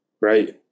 right